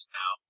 now